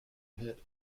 hit